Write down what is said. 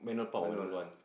when will